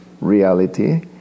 reality